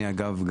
אני אגב,